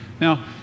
Now